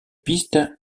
piste